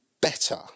better